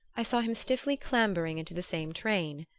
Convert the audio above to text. i saw him stiffly clambering into the same train.